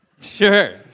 Sure